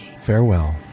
farewell